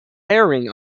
herring